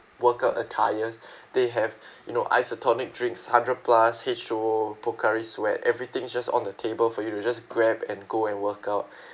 workout attires they have you know isotonic drinks hundred plus H two O Pocari Sweat everything just on the table for you to just grab and go and workout